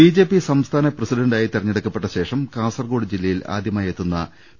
B J P സംസ്ഥാന പ്രസിഡന്റായി തെരഞ്ഞെടുക്കപ്പെട്ട ശേഷം കാസർക്കോട് ജില്ലയിൽ ആദ്യമായെത്തുന്ന പി